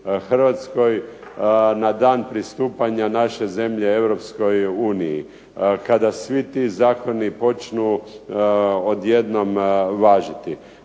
Hrvatskoj na dan pristupanja našeg zemlje Europskoj uniji. Kada svi ti zakoni počnu odjednom važiti